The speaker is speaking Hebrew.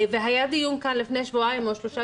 והיה כאן דיון לפני שבועיים-שלושה,